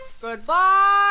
Goodbye